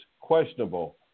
questionable